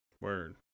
Word